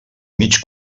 mig